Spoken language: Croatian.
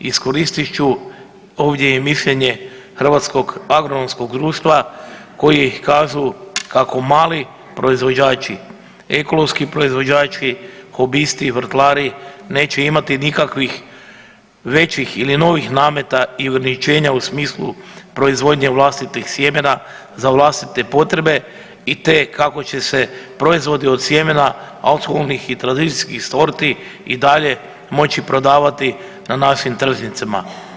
Iskoristit ću ovdje i mišljenje Hrvatskog agronomskog društva koji kažu kako mali proizvođači, ekonomski proizvođači hobisti, vrtlari neće imati nikakvih većih ili novih nameta i ograničenja u smislu proizvodnje vlastitih sjemena za vlastite potrebe, te kako će se proizvodi od sjemena autohtonih i tradicijskih sorti i dalje moći prodavati na našim tržnicama.